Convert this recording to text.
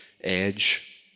edge